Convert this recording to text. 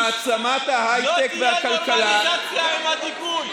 לא תהיה נורמליזציה עם הכיבוש.